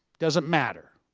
doesn't matter.